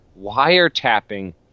wiretapping